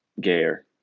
gayer